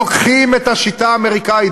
לוקחים את השיטה האמריקנית,